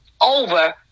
over